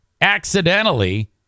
accidentally